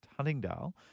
Huntingdale